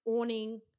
awning